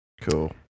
Cool